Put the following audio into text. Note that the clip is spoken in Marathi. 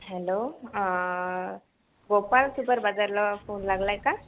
हॅलो गोपाल सुपर बाजारला फोन लागला आहे का